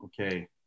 Okay